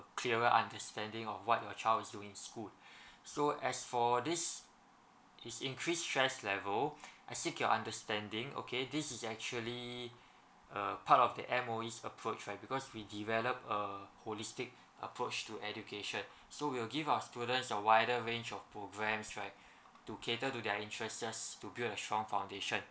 clearer understanding of what your child is doing in school so as for this his increased stress level I seek your understanding okay this is actually a part of the M_O_E's approach right because we develop a holistic approach to education so we'll give our students a wider range of programmes right to cater to their interest just to build a strong foundation